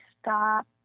stop